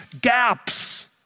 gaps